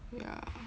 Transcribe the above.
ya